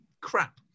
crap